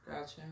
Gotcha